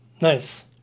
Nice